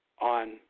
on